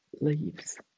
leaves